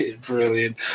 Brilliant